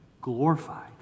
glorified